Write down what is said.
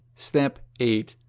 step eight.